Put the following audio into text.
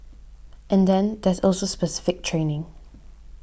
and then there's also specific training